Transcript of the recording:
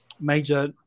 major